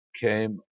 came